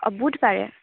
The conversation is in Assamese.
বুধবাৰে